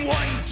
one